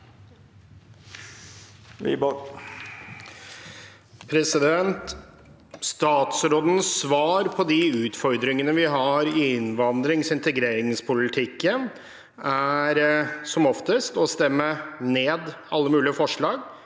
Statsrådens svar på de utfordringene vi har i innvandrings- og integreringspolitikken, er som oftest å stemme ned alle mulige forslag